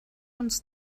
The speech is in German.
uns